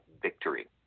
victory